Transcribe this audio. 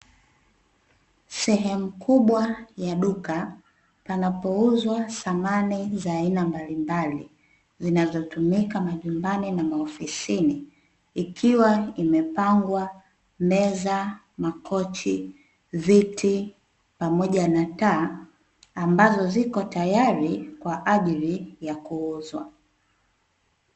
Sehemu kubwa ya duka, panapouzwa samani za aina mbalimbali zinazotumika majumbani na maofisini, ikiwa imepangwa meza, makochi, viti pamoja na taa, ambazo ziko tayari kwa ajili ya kuuzwa.